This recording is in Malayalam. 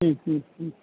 മ് മ് മ്